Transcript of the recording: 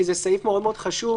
כי זה סעיף מאוד מאוד חשוב,